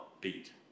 beat